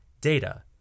data